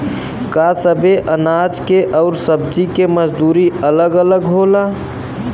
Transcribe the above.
का सबे अनाज के अउर सब्ज़ी के मजदूरी अलग अलग होला?